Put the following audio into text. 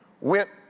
went